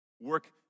work